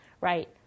right